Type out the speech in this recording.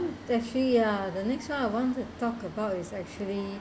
actually ya the next one I want to talk about is actually